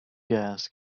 gas